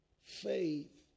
faith